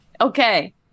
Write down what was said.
Okay